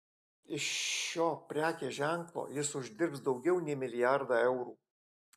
iš šio prekės ženklo jis uždirbs daugiau nei milijardą eurų